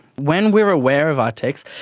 when we are aware of our tics,